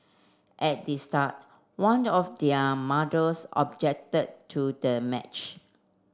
at the start one of their mothers objected to the match